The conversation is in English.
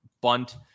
bunt